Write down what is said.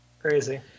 crazy